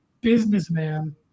businessman